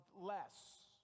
less